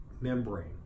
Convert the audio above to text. membrane